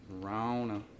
Rona